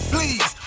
Please